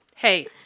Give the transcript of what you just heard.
Hey